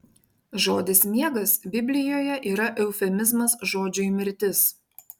žodis miegas biblijoje yra eufemizmas žodžiui mirtis